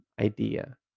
idea